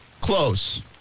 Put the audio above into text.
Close